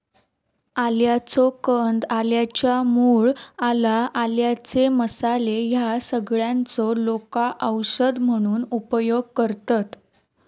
आल्याचो कंद, आल्याच्या मूळ, आला, आल्याचे मसाले ह्या सगळ्यांचो लोका औषध म्हणून उपयोग करतत